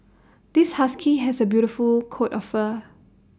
this husky has A beautiful coat of fur